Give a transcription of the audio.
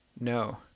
No